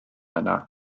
yna